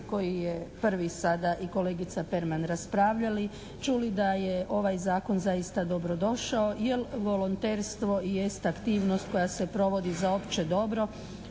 koji je prvi sada i kolegica Perman raspravljali čuli da je ovaj zakon zaista dobro došao jer volonterstvo jest aktivnost koja se provodi za opće dobro.